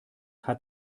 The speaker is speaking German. hat